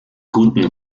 guten